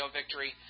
victory